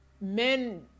men